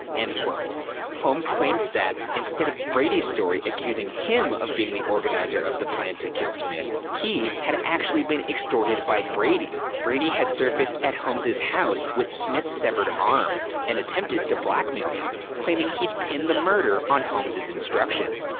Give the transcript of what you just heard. and holmes claimed that instead of brady's story accusing him of being the organizer of the plan to kill smith, he had actually been extorted by brady, brady had surfaced at holmes' house with smith's severed arm and attempted to blackmail him, claiming he'd pin the murder on holmes' instructions.